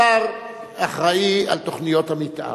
השר אחראי לתוכניות המיתאר.